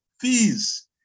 fees